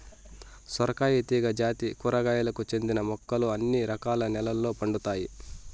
సొరకాయ తీగ జాతి కూరగాయలకు చెందిన మొక్కలు అన్ని రకాల నెలల్లో పండుతాయి